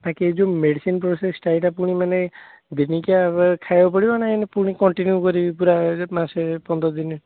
ବାକି ଏଇ ଯେଉଁ ମେଡ଼ିସିନ୍ ପ୍ରୋସେସ୍ଟା ଏଟା ପୁଣି ମାନେ ଦିନିକିଆ ଖାଇବାକୁ ପଡ଼ିବ ନା କେମିତି କଣ୍ଟିନ୍ୟୁ କରିବି ପୁରା ମାସେ ପନ୍ଦର ଦିନ